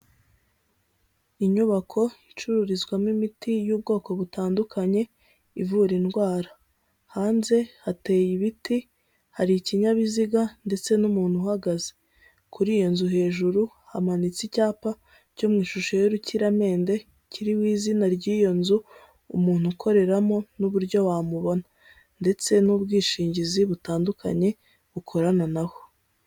Inyubako icururizwamo imiti y'ubwoko butandukanye ivura indwara, hanze hateye ibiti, hari ikinyabiziga ndetse n'umuntu uhagaze, kuri iyo nzu hejuru hamanitse icyapa cyo mu ishusho y'urukiramende kiriho izina ry'iyo nzu, umuntu ukoreramo n'uburyo wamubona ndetse n'ubwishingizi butandukanye bukorana na ho.